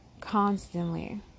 constantly